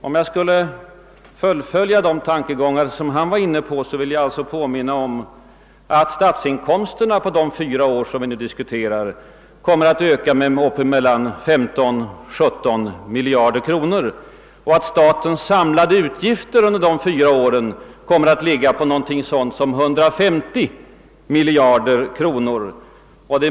Om jag skulle fullfölja de tankegångar han var inne på vill jag påminna om att statsinkomsterna på de fyra år vi nu diskuterar kommer att öka med bortåt 15—17 miljarder kronor och att statens samtliga utgifter under samma tid kommer att ligga på ungefär 150 miljarder kronor.